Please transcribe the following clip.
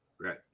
Right